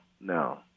no